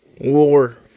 war